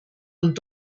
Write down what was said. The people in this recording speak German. und